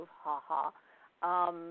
ha-ha